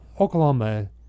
Oklahoma